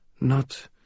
Not